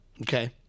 okay